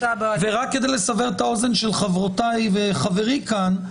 רק כדי לסבר את האוזן של חברי וחברותיי כאן,